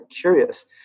curious